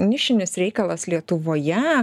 nišinis reikalas lietuvoje